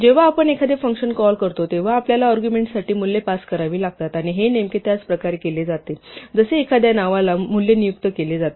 जेव्हा आपण एखादे फंक्शन कॉल करतो तेव्हा आपल्याला अर्ग्युमेंट्स साठी मूल्ये पास करावी लागतात आणि हे नेमके त्याच प्रकारे केले जाते जसे एखाद्या नावाला मूल्य नियुक्त केले जाते